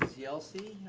yelsey.